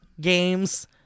games